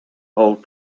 whole